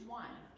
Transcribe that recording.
one